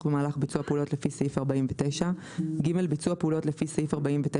במהלך ביצוע פעולות לפי סעיף 49. (ג)ביצוע פעולות לפי סעיף 49